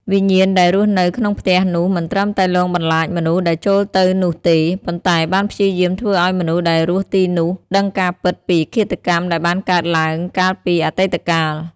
វិញ្ញាណដែលរស់នៅក្នុងផ្ទះនោះមិនត្រឹមតែលងបន្លាចមនុស្សដែលចូលទៅនោះទេ ប៉ុន្តែបានព្យាយាមធ្វើឲ្យមនុស្សដែលរស់ទីនោះដឹងការពិតពី ឃាតកម្មដែលបានកើតឡើងកាលពីអតីតកាល។